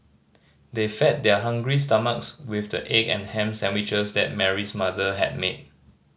they fed their hungry stomachs with the egg and ham sandwiches that Mary's mother had made